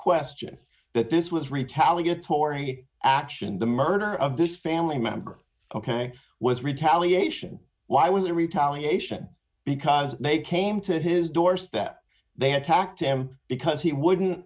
question that this was retaliatory action the murder of this family member ok was retaliation why was it a retaliation because they came to his doorstep they attacked him because he wouldn't